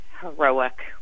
heroic